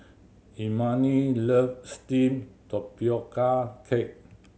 Imani love steamed tapioca cake